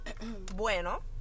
Bueno